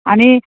आनी